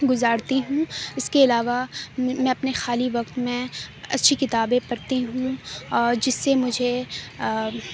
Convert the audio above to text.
گزارتی ہوں اس کے علاوہ میں اپنے خالی وقت میں اچھی کتابیں پڑھتی ہوں اور جس سے مجھے